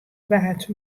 waard